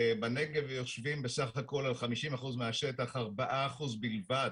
בנגב יושבים על 50% מהשטח ארבעה אחוז בלבד